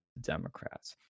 Democrats